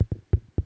they go at night